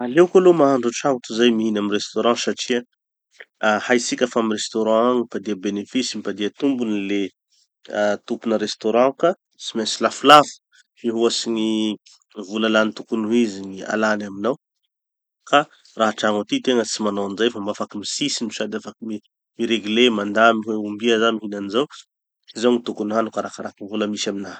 Aleoko aloha mahandro antrano tozay mihina amy restaurant satria, ah haitsika fa amy restaurant any mitadia bénéfice, mitadia tombony le tompona restaurant ka tsy maintsy lafolafo mihoatsy gny vola lany tokony ho izy gny alany aminao. Ka raha antrano aty tegna tsy manao anizay fa mba afaky mitsitsy no sady afaky mi- miregler mandamy hoe ombia zaho mihina anizao, zao gny tokony ho haniko arakarakin'ny vola misy aminaha.